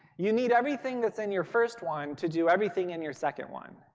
you need everything that's in your first one to do everything in your second one,